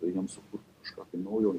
baigiam sukurt kažką tai naujo